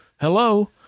Hello